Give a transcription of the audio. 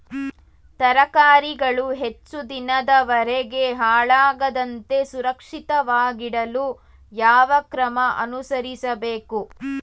ತರಕಾರಿಗಳು ಹೆಚ್ಚು ದಿನದವರೆಗೆ ಹಾಳಾಗದಂತೆ ಸುರಕ್ಷಿತವಾಗಿಡಲು ಯಾವ ಕ್ರಮ ಅನುಸರಿಸಬೇಕು?